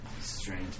Strange